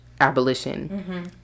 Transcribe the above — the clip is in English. abolition